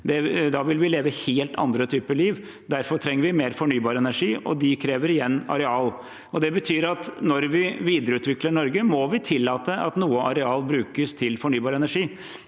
Da vil vi leve en helt annen type liv. Derfor trenger vi mer fornybar energi, og det krever areal. Det betyr at når vi videreutvikler Norge, må vi tillate at noe areal brukes til fornybar energi,